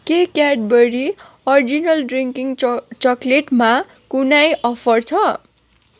के Cadbury original drinking चकलेटमा कुनै अफर छ